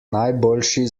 najboljši